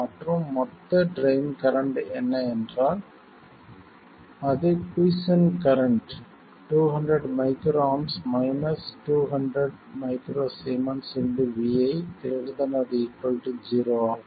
மற்றும் மொத்த drain current என்ன என்றால் அது quiescent current 200 µA 200 µS vi ≥ 0 ஆகும்